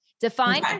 Define